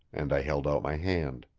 and i held out my hand.